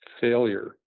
failure